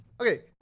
Okay